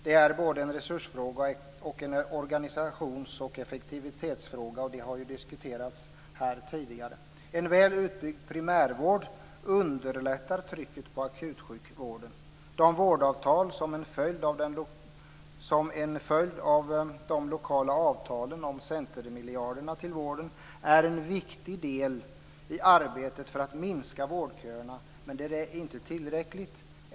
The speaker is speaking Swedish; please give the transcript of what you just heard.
Det är både en resursfråga och en organisations och effektivitetsfråga. Det har diskuterats här tidigare. En väl utbyggd primärvård underlättar trycken på akutsjukvården. De vårdavtal som finns som en följd av de lokala avtalen om centermiljarderna till vården är en viktig del i arbetet för att minska vårdköerna, men det är inte tillräckligt.